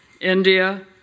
India